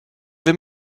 vais